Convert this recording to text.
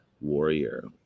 warrior